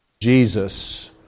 Jesus